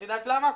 את יודעת למה?